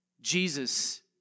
Jesus